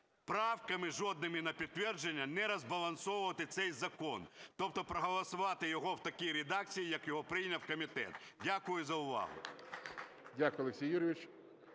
правками жодними на підтвердження не розбалансовувати цей закон. Тобто проголосувати його в такій редакції як його прийняв комітет. Дякую за увагу.